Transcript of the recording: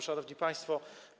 Szanowni Państwo!